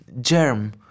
germ